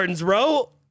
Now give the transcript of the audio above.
bro